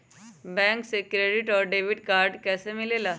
Bank से credit और debit card कैसी मिलेला?